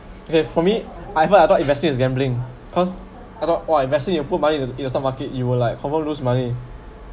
okay for me I thought I thought investing is gambling cause I thought !wah! investing you put money in the in the stock market you will like confirm lose money